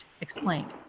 explained